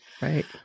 Right